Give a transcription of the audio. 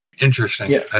Interesting